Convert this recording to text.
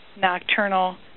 nocturnal